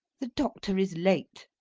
the doctor is late.